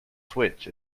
switch